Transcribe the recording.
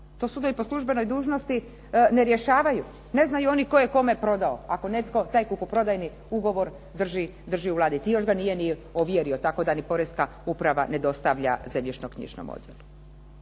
To sudovi po službenoj dužnosti ne rješavaju. Ne znaju oni tko je kome prodao ako netko taj kupoprodajni ugovor drži u ladici i još ga nije ni ovjerio, tako da ni Porezna uprava ne dostavlja zemljišno-knjižnom odjelu.